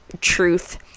truth